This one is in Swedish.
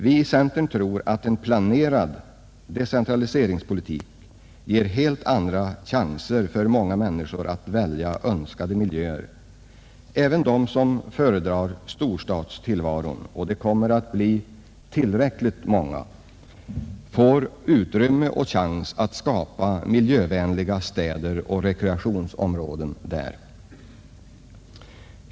Vi i centern tror att en planerad decentraliseringspolitik ger helt andra chanser för många människor att välja önskade miljöer. Även de som föredrar storstadstillvaron — och de kommer att bli tillräckligt många — får utrymme och chans att skapa miljövänliga städer och rekreationsområden där.